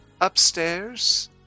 Upstairs